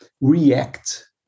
react